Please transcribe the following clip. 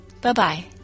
Bye-bye